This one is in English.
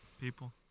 people